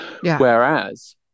Whereas